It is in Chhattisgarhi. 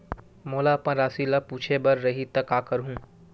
मोला अपन राशि ल पूछे बर रही त का करहूं?